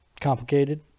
Complicated